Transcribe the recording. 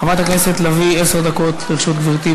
חברת הכנסת לביא, עשר דקות לרשות גברתי.